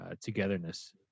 togetherness